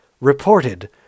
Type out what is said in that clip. reported